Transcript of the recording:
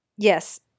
Yes